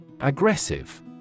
Aggressive